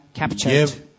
captured